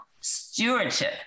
stewardship